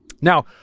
Now